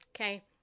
Okay